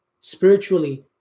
spiritually